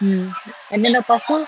mm and then lepas tu